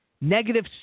negative